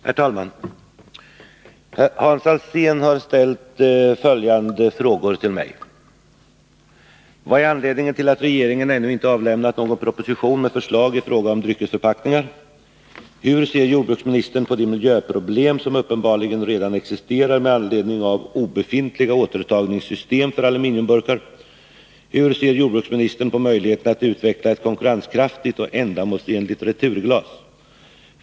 Herr talman! Hans Alsén har ställt följande frågor till mig. Vad är anledningen till att regeringen ännu inte avlämnat någon proposition med förslag i fråga om dryckesförpackningar? — Hur ser jordbruksministern på de miljöproblem som uppenbarligen redan existerar med anledning av obefintliga återtagningssystem för aluminiumburkar? —- Hur ser jordbruksministern på möjligheten att utveckla ett konkurrenskraftigt och ändamålsenligt returglas?